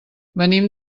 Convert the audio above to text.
venim